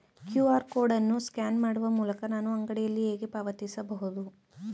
QR code ಅನ್ನು scan ಮಾಡುವ ಮೂಲಕ ನಾನು ಅಂಗಡಿಯಲ್ಲಿ ಹೇಗೆ ಪಾವತಿಸಬಹುದು?